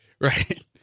Right